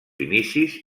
inicis